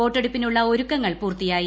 വോട്ടെടുപ്പിനുള്ള ഒരുക്കങ്ങൾ പൂർത്തിയായി